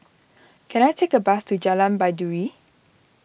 can I take a bus to Jalan Baiduri